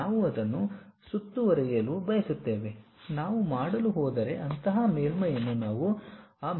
ನಾವು ಅದನ್ನು ಸುತ್ತುವರಿಯಲು ಬಯಸುತ್ತೇವೆ ನಾವು ಮಾಡಲು ಹೋದರೆ ಅಂತಹ ಮೇಲ್ಮೈಯನ್ನು ನಾವು ಆ ಮೇಲ್ಮೈಗಳ ಫಿಲೆಟ್ ಎಂದು ಕರೆಯುತ್ತೇವೆ